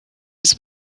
was